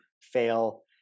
Fail